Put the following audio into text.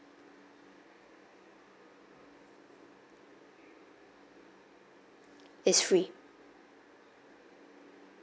it's free